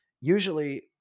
usually